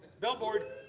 billboard,